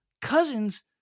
cousins